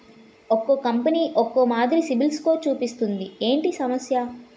ఒక్కో కంపెనీ ఒక్కో మాదిరి సిబిల్ స్కోర్ చూపిస్తుంది ఏంటి ఈ సమస్య?